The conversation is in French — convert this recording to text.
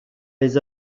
les